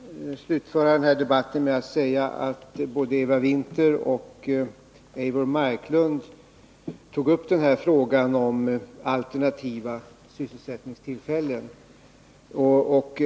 Herr talman! Får jag slutföra den här debatten med några synpunkter. Både Eva Winther och Eivor Marklund tog upp frågan om alternativa sysselsättningstillfällen.